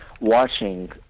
watching